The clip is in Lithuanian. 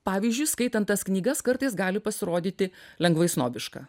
pavyzdžiui skaitant tas knygas kartais gali pasirodyti lengvai snobiška